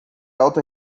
alta